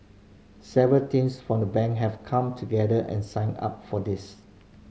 several teams from the Bank have come together and signed up for this